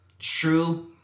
true